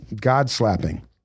God-slapping